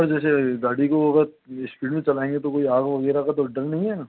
sir जैसे गाड़ी को अगर स्पीड में चलाएँगे तो कोई आग वाग वगैरह तो डर नहीं है ना